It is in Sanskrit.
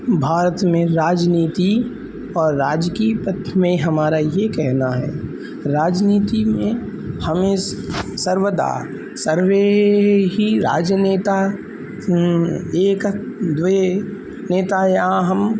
भारत मे राजनीति राजकीय पत्मे हमारा ए केहनाहै राजनीति मे हमे सर्वदा सर्वे हि राजनेता एक द्वे नेताया हं